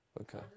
Okay